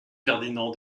ferdinand